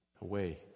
away